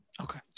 Okay